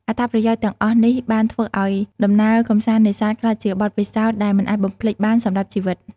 អត្ថប្រយោជន៍ទាំងអស់នេះបានធ្វើឱ្យដំណើរកម្សាន្តនេសាទក្លាយជាបទពិសោធន៍ដែលមិនអាចបំភ្លេចបានសម្រាប់ជីវិត។